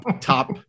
top